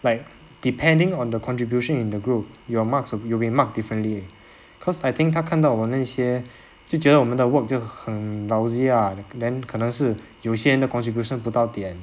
like depending on the contribution in the group your marks of you will be marked differently cause I think 他看到我那些就觉得我们 work 就很 lousy ah then 可能是有些人的 contribution 不到点